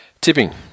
Tipping